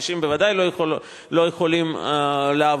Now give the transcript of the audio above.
קשישים בוודאי לא יכולים לעבוד,